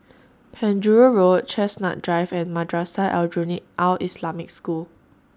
Penjuru Road Chestnut Drive and Madrasah Aljunied Al Islamic School